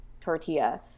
tortilla